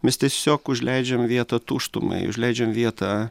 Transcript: mes tiesiog užleidžiam vietą tuštumai užleidžiam vietą